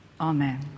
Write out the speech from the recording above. Amen